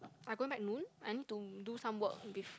I going back noon I need to do some work bef~